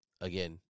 again